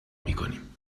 میکنیم